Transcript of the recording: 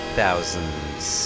thousands